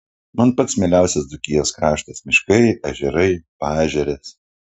man pats mieliausias dzūkijos kraštas miškai ežerai paežerės